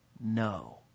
No